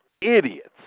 idiots